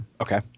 Okay